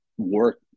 Work